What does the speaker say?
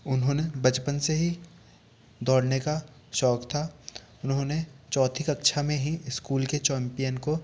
उन्होने बचपन से ही दौड़ने का शौक़ था उन्होने चौथी कक्षा में ही स्कूल के चैंपियन को